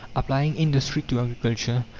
applying industry to agriculture,